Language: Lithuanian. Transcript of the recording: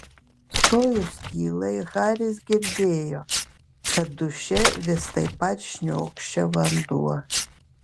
stojus tylai haris girdėjo kad duše vis taip pat šniokščia vanduo